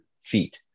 feet